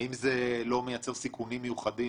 האם זה לא מייצר סיכונים מיוחדים,